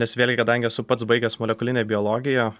nes vėl kadangi esu pats baigęs molekulinę biologiją